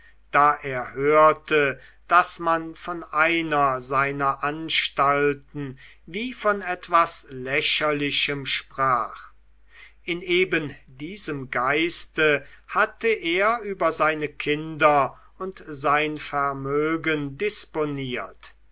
da er hörte daß man von einer seiner anstalten wie von etwas lächerlichem sprach in eben diesem geiste hatte er über seine kinder und sein vermögen disponiert